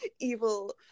evil